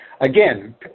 Again